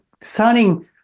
signing